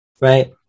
right